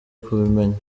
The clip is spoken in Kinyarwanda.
kubimenya